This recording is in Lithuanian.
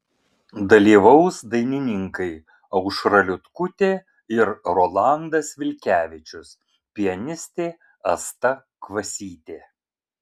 dalyvaus dainininkai aušra liutkutė ir rolandas vilkevičius pianistė asta kvasytė